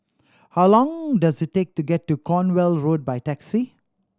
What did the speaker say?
how long does it take to get to Cornwall Road by taxi